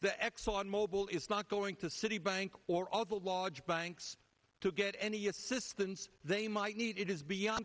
the exxon mobil is not going to citibank or all the logs banks to get any assistance they might need it is beyond